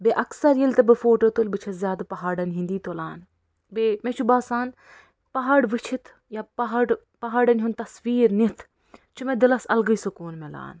بیٚیہِ اکثَر ییٚلہِ تہِ بہٕ فوٹوٗ تُلہٕ بہٕ چھَس زیادٕ پہاڑَن ۂنٛدی تُلان بیٚیہِ مےٚ چھِ باسان پہاڑ وُچِتھ یا پہاڑ پہاڑَن ہُنٛد تصوریٖر نِتھ چھُ مےٚ دِلَس اَلگٕے سُکوٗن مِلان